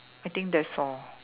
I think that's all